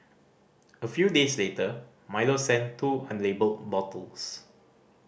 a few days later Milo sent two unlabelled bottles